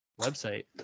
Website